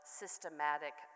systematic